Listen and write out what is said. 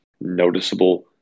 noticeable